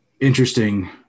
interesting